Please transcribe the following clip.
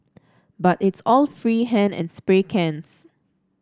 but it's all free hand and spray cans